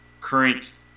current